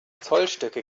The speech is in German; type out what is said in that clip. zollstöcke